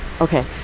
okay